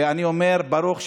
ואני אומר: ברוך שפטרנו,